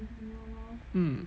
mm